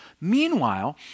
Meanwhile